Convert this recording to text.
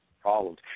problems